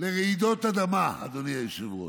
לרעידות אדמה, אדוני היושב-ראש,